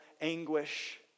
anguish